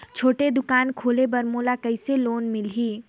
छोटे दुकान खोले बर मोला कइसे लोन मिलही?